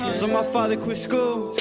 so my father quit school